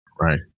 right